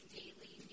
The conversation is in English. daily